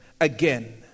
again